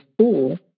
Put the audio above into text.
school